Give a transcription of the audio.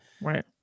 right